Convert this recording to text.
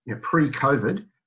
pre-COVID